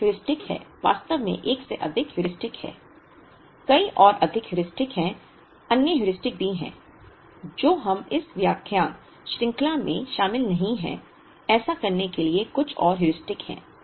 एक हेयुरिस्टिक है वास्तव में एक से अधिक हेयुरिस्टिक हैं कई और अधिक हेयुरिस्टिक हैं अन्य हेयुरिस्टिक भी हैं जो हम इस व्याख्यान श्रृंखला में शामिल नहीं हैं ऐसा करने के लिए कुछ और हेयुरिस्टिक हैं